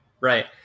Right